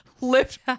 lift